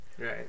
Right